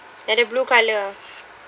and the blue colour